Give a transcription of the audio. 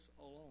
alone